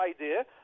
idea